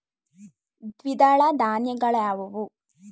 ದ್ವಿದಳ ಧಾನ್ಯಗಳಾವುವು?